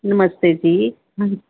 ਨਮਸਤੇ ਜੀ